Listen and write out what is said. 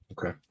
okay